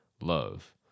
love